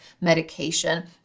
medication